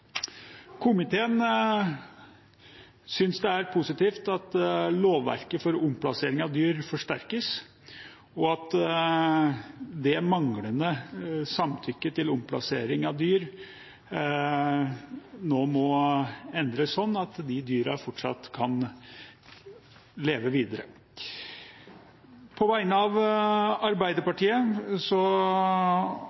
Komiteen synes det er positivt at lovverket for omplassering av dyr forsterkes, og at bestemmelsen om manglende samtykke til omplassering av dyr nå må endres slik at de dyrene kan leve videre.